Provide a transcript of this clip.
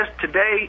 today